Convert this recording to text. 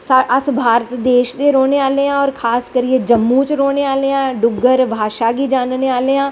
अस भारत देश दे रौह्नें आह्ले आं और खासकर जम्मू च रौह्नें आह्ले आं डुग्हगर भासा गी जाननें आह्ले आं